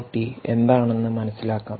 T എന്താണെന്ന് മനസ്സിലാക്കാം